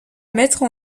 mettre